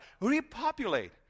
repopulate